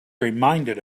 reminded